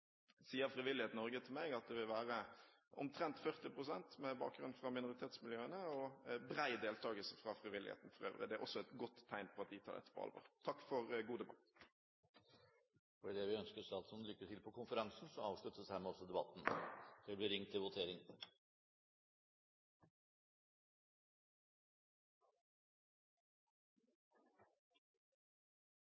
Frivillighet Norge til meg, omtrent 40 pst. med bakgrunn fra minoritetsmiljøene og bred deltakelse fra frivilligheten for øvrig. Det er også et godt tegn på at de tar dette på alvor. Takk for en god debatt. Idet vi ønsker statsråden lykke til på konferansen, så avsluttes hermed også debatten. Stortinget går da til votering.